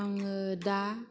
आङो दा